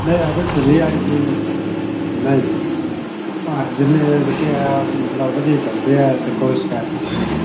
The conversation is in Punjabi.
ਨਹੀਂ ਹਜੇ ਤਾਂ ਨਹੀਂ ਆਈ ਜੀ ਨਹੀਂ ਜੀ ਜਿਹਨੇ ਵੀ ਕਿਹਾ ਮਤਲਬ ਵਧੀਆ ਚੱਲਦੇ ਹੈ ਅਤੇ ਕੋਈ ਸ਼ਿਕਾਇਤ ਨਹੀਂ ਆਈ